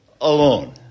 alone